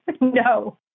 No